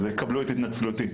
אז קבלו את התנצלותי.